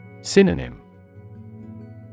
Synonym